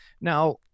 Now